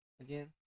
Again